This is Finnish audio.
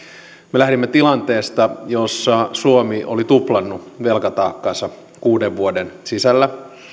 me lähdimme tilanteesta jossa suomi oli tuplannut velkataakkansa kuuden vuoden sisällä